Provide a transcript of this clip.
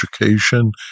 education